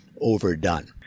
overdone